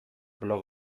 blog